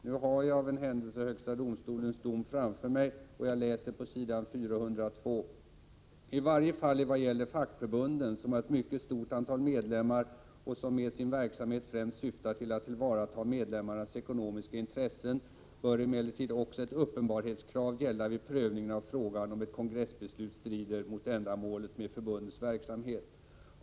Nu har jag av en händelse högsta domstolens dom framför mig, och jag läser på s. 402: ”I varje fall i vad gäller fackförbunden, som har ett mycket stort antal medlemmar och som med sin verksamhet främst syftar till att tillvarata medlemmarnas ekonomiska intressen, bör emellertid också ett uppenbarhetskrav gälla vid prövning av frågan om ett kongressbeslut strider mot ändamålet med förbundets verksamhet.